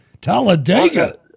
Talladega